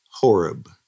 Horeb